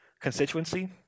constituency